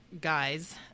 guys